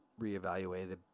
reevaluated